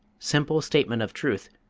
simple statement of truth,